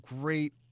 great